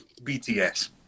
BTS